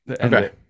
Okay